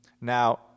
Now